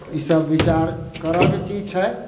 ई सब विचार करऽके चीज छै